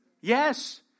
Yes